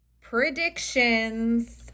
Predictions